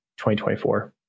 2024